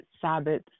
Sabbath